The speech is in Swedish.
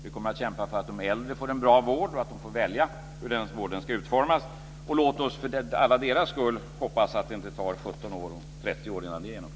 Vi kommer att kämpa för att de äldre får en bra vård och att de får välja hur den vården ska utformas. Låt oss för alla deras skull hoppas att det inte tar 17 år och 30 år innan det genomförs.